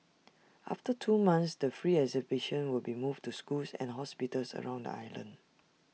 after two months the free exhibition will be moved to schools and hospitals around the island